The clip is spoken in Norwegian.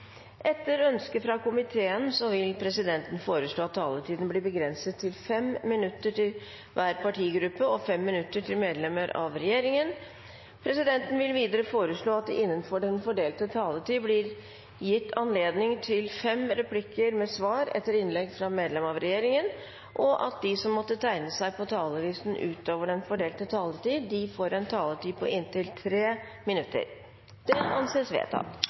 Etter ønske fra arbeids- og sosialkomiteen vil presidenten foreslå at taletiden blir begrenset til 5 minutter til hver partigruppe og 5 minutter til medlemmer av regjeringen. Videre vil presidenten foreslå at det – innenfor den fordelte taletid – blir gitt anledning til inntil fem replikker med svar etter innlegg fra medlemmer av regjeringen, og at de som måtte tegne seg på talerlisten utover den fordelte taletid, får en taletid på inntil 3 minutter. – Det anses vedtatt.